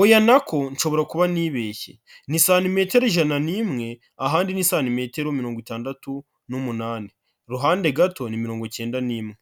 Oya nako nshobora kuba nibeshye, ni santimtero ijana n'imwe, ahandi ni santimetero mirongo itandatu n'umunani. Iruhande gato mirongo icyenda n'imwe.